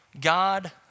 God